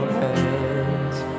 hands